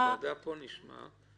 בוועדה כאן נשמע.